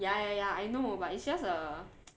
ya ya ya I know but it's just a